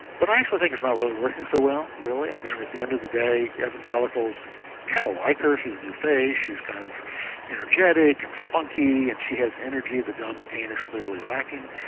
but i actually think it's not really working so well really. i mean at the end of the day evangelicals kind of like her, she's a new face, she's kind of energetic and spunky and she has energy that john mccain is clearly lacking,